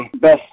Best